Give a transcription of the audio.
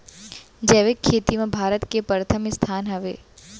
जैविक खेती मा भारत के परथम स्थान हवे